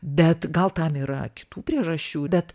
bet gal tam yra kitų priežasčių bet